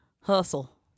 hustle